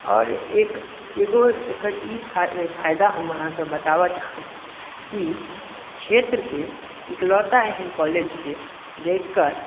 आओर एक एगो ई फायदा हम अहाँके बताबऽ चाहब की क्षेत्रके एकलौता एहन कॉलेज छै जकर